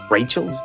Rachel